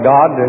God